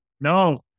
No